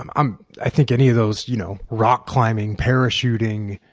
um i think any of those you know rock climbing, parachuting,